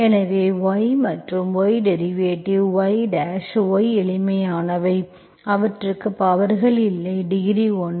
எனவே y மற்றும் y derivative y dash y எளிமையானவை அவற்றுக்கு பவர்கள் இல்லை டிகிரி 1